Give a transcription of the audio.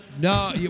No